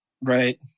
Right